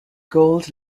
gold